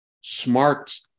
smart